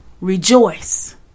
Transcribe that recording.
Rejoice